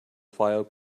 file